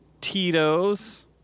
Tito's